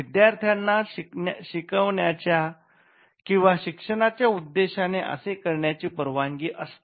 विद्यार्थ्यांना शिकवण्याच्या किंवा शिक्षणाच्या उद्देशाने असे करण्याची परवानगी असते